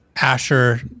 Asher